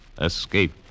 escape